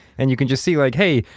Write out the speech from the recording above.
and you can just see like, hey,